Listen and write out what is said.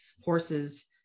horses